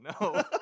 no